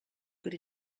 good